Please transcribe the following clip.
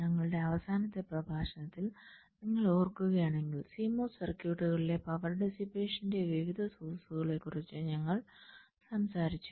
ഞങ്ങളുടെ അവസാനത്തെ പ്രഭാഷണത്തിൽ നിങ്ങൾ ഓർക്കുകയാണെങ്കിൽ CMOS സർക്യൂട്ടുകളിലെ പവർ ഡെസിപേഷന്റെ വിവിധ സോഴ്സ്കളെക്കുറിച്ച് ഞങ്ങൾ സംസാരിച്ചു